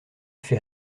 fait